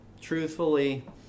truthfully